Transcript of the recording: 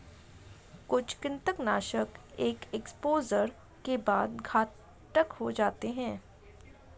कुछ कृंतकनाशक एक एक्सपोजर के बाद घातक हो जाते है